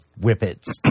whippets